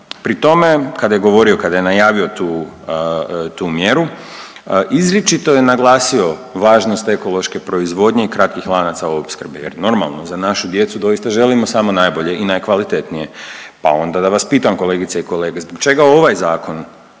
Pri tome, kada je govorio, kada je najavio tu mjeru, izričito je naglasio važnost ekološke proizvodnje i kratkih lanaca opskrbe jer normalno, za našu djecu doista želimo samo najbolje i najkvalitetnije, pa onda da vas pitam, kolegice i kolege, zbog čega ovaj Zakon